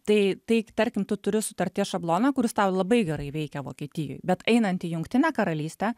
tai tai tarkim tu turi sutarties šabloną kuris tau labai gerai veikia vokietijoj bet einant į jungtinę karalystę